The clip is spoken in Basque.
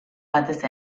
batez